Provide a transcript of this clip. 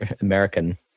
american